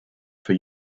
for